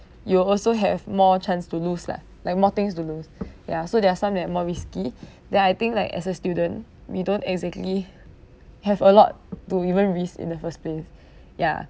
you will also have more chance to lose lah like more things to lose ya so there are some that more risky then I think like as a student we don't exactly have a lot to even risk in the first place ya